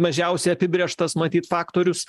mažiausiai apibrėžtas matyt faktorius